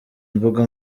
imbuga